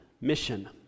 mission